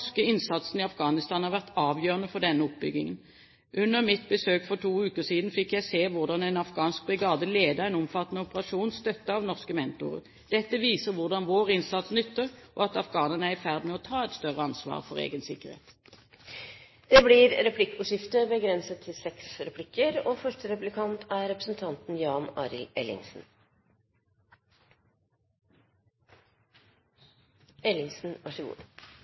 innsatsen i Afghanistan har vært avgjørende for denne oppbyggingen. Under mitt besøk for to uker siden fikk jeg se hvordan en afghansk brigade ledet en omfattende operasjon støttet av norske mentorer. Dette viser hvordan vår innsats nytter, og at afghanerne er i ferd med å ta et større ansvar for egen sikkerhet. Det blir replikkordskifte, på inntil – som det nå er vedtatt – seks replikker.